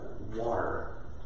water